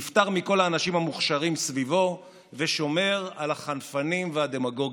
נפטר מכל האנשים המוכשרים סביבו ושומר על החנפנים והדמגוגים,